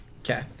okay